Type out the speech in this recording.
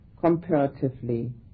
comparatively